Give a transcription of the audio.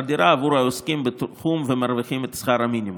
דירה עבור העוסקים בתחום ומרוויחים את שכר המינימום.